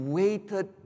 waited